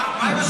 מה עם השחיתות?